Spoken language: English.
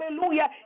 hallelujah